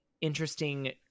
interesting